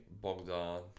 Bogdan